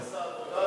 עומס העבודה,